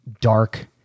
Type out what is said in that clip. dark